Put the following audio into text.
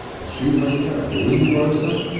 a shoemaker, a greengrocer,